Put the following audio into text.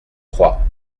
crois